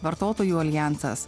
vartotojų aljansas